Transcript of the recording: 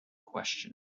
question